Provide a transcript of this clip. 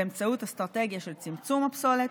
באמצעות אסטרטגיה של צמצום הפסולת,